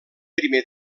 primer